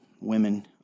Women